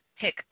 pick